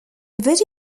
video